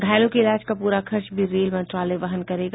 घायलों के इलाज का प्रा खर्च भी रेल मंत्रालय वहन करेगा